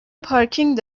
پارکینگ